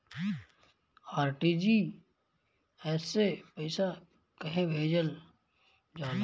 RTGS से पइसा कहे भेजल जाला?